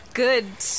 good